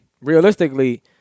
Realistically